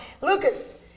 lucas